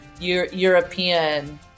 European